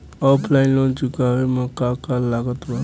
Offline loan चुकावे म का का लागत बा?